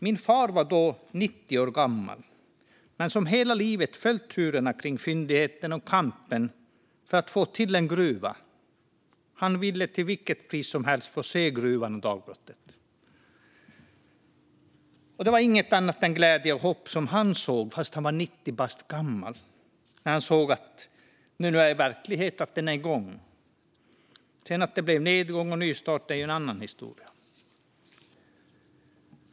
Min far var då 90 år gammal, men som någon som under hela livet följt turerna kring fyndigheten och kampen för att få till en gruva ville han till vilket pris som helst se gruvan och dagbrottet. Trots att han var 90 bast var det inget annat än glädje och hopp han såg när han insåg att det nu var verklighet och att gruvan var igång. Att det sedan blev nedgång och nystart är ju en annan historia.